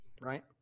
right